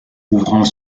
ouvrant